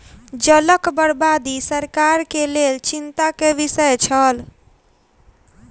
जलक बर्बादी सरकार के लेल चिंता के विषय छल